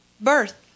birth